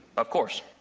of course.